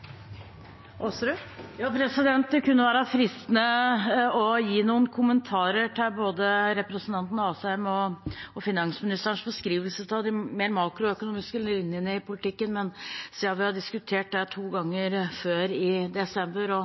Det kunne være fristende å gi noen kommentarer til både representanten Asheim og finansministerens beskrivelse av de mer makroøkonomiske linjene i politikken, men siden vi har diskutert det to ganger før i desember og